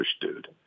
dude